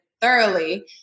thoroughly